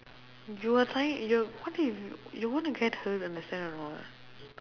you are signing you're what if you you are going to get hurt understand or not